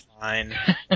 fine